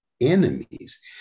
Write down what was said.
enemies